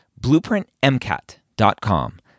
BlueprintMCAT.com